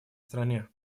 стране